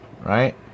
right